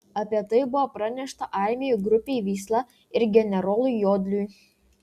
apie tai buvo pranešta armijų grupei vysla ir generolui jodliui